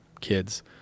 kids